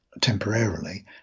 temporarily